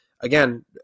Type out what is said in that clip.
again